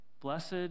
Blessed